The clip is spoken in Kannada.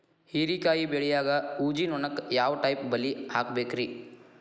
ಹೇರಿಕಾಯಿ ಬೆಳಿಯಾಗ ಊಜಿ ನೋಣಕ್ಕ ಯಾವ ಟೈಪ್ ಬಲಿ ಹಾಕಬೇಕ್ರಿ?